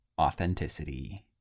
Authenticity